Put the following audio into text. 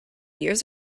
years